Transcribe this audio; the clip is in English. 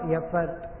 effort